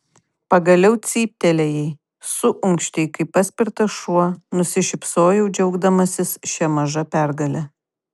pagaliau cyptelėjai suunkštei kaip paspirtas šuo nusišypsojau džiaugdamasis šia maža pergale